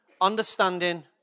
understanding